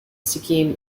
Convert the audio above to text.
sikkim